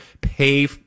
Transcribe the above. pay